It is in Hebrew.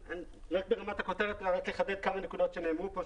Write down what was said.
רק ברמת הכותרת, רק לחדד כמה נקודות שנאמרו כאן.